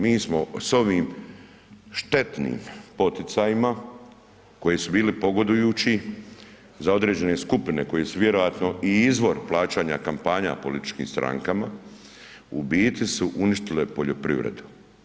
Mi smo s ovim štetnim poticajima koji su bili pogodujući za određene skupine koje su vjerojatno i izvor plaćanja kampanja političkim strankama u biti su uništile poljoprivredu.